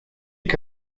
que